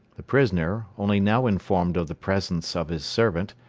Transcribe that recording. the prisoner, only now informed of the presence of his servant,